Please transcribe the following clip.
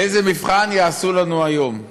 איזה מבחן יעשו לנו היום: